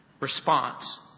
response